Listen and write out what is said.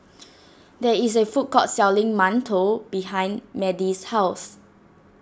there is a food court selling Mantou behind Madie's house